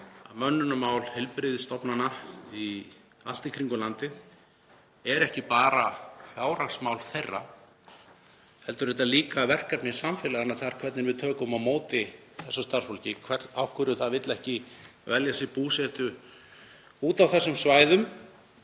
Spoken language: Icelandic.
mönnunarmál heilbrigðisstofnana allt í kringum landið eru ekki bara fjárhagsmál þeirra heldur líka verkefni samfélaganna þar, hvernig við tökum á móti þessu starfsfólki, af hverju það vill ekki velja sér búsetu úti á þessum svæðum.